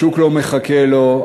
השוק לא מחכה לו,